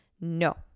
no